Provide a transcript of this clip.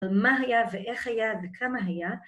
על מה היה ואיך היה וכמה היה